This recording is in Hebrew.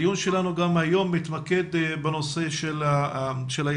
הדיון שלנו גם היום מתמקד בנושא של הילדים,